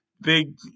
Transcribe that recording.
big